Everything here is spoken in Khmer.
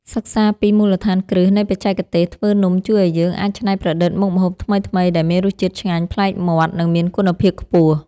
សិក្សាពីមូលដ្ឋានគ្រឹះនៃបច្ចេកទេសធ្វើនំជួយឱ្យយើងអាចច្នៃប្រឌិតមុខម្ហូបថ្មីៗដែលមានរសជាតិឆ្ងាញ់ប្លែកមាត់ និងមានគុណភាពខ្ពស់។